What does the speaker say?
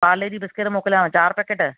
Parle G biscuit मोकिलियांव चारि packet